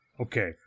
Okay